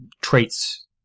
traits